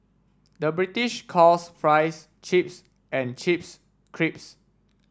the British calls fries chips and chips creeps